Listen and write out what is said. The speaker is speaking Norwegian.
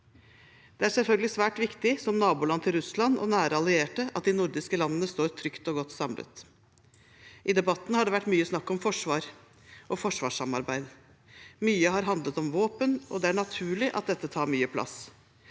Det er selvfølgelig svært viktig som naboland til Russland og nære allierte at de nordiske landene står trygt og godt samlet. I debatten har det vært mye snakk om forsvar og forsvarssamarbeid. Mye har handlet om våpen. Det er naturlig at dette tar mye plass,